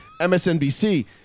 MSNBC